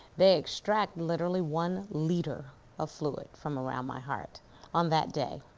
they extract literally one liter of fluid from around my heart on that day